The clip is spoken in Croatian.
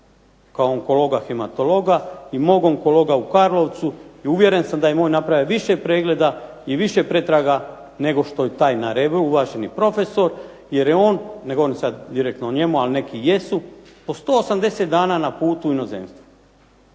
kao onkologa hematologa, i mog onkologa u Karlovcu i uvjeren sam da je moj napravio više pregleda i više pretraga nego što je taj na Rebru uvaženi profesor jer je on ne govorim sada direktno o njemu, ali neki jesu, po 180 dana na putu u inozemstvu.